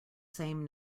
same